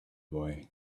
boy